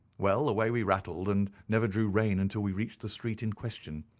well, away we rattled, and never drew rein until we reached the street in question.